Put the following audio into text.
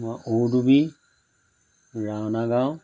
উৰদুবী ৰাওনা গাঁও